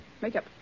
Makeup